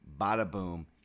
bada-boom